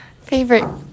Favorite